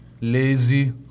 lazy